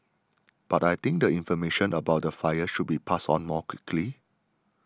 but I think the information about the fire should be passed on more quickly